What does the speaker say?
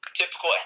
typical